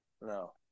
No